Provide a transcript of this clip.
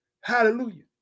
hallelujah